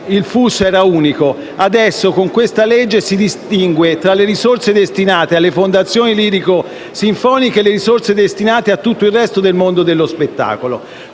il FUS era unico; con questo provvedimento si distingue tra le risorse destinate alle fondazioni lirico-sinfoniche e le risorse destinate a tutto il resto del mondo dello spettacolo.